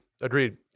Agreed